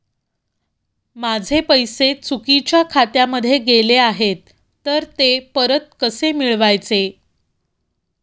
माझे पैसे चुकीच्या खात्यामध्ये गेले आहेत तर ते परत कसे मिळवायचे?